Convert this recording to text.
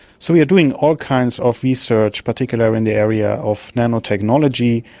so we are doing all kinds of research, particularly in the area of nanotechnology,